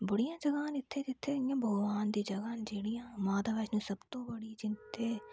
बड़ियां जगह न इत्थै इयां भगवान दियां जगह न जेह्ड़ियां माता वैष्णो सबतूं बड़ी जित्थै